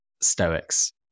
Stoics